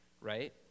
Right